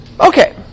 Okay